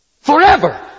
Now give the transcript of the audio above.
forever